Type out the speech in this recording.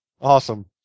Awesome